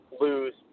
lose